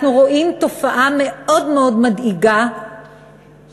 אנחנו רואים תופעה מאוד מאוד מדאיגה של